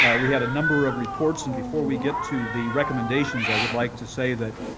we had a number of reports, and before we get to the recommendations, i would like to say that